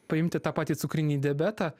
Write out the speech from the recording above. paimti tą patį cukrinį diabetą